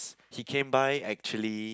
he came by actually